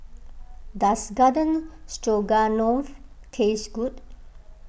does Garden Stroganoff taste good